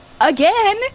Again